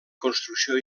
construcció